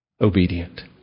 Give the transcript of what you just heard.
obedient